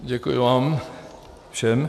Děkuji vám všem.